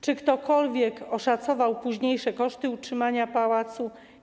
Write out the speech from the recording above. Czy ktokolwiek oszacował późniejsze koszty utrzymania pałacu?